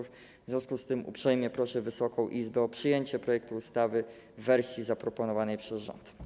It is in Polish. W związku z tym uprzejmie proszę Wysoką Izbę o przyjęcie projektu ustawy w wersji zaproponowanej przez rząd.